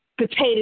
potato